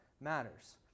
matters